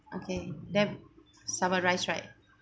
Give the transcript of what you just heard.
okay then summarize right